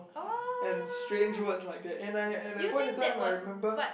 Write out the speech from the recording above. and strange words like the and I at that point of time I remember